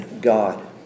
God